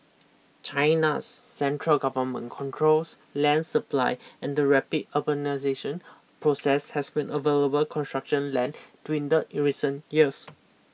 China's central government controls land supply and the rapid urbanisation process has been available construction land dwindle in recent years